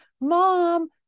mom